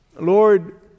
Lord